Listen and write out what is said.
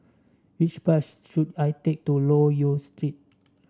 which bus should I take to Loke Yew Street